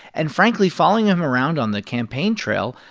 and, frankly, following him around on the campaign trail,